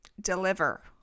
deliver